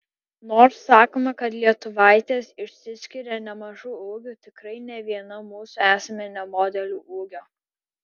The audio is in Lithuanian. nors sakoma kad lietuvaitės išsiskiria nemažu ūgiu tikrai ne viena mūsų esame ne modelių ūgio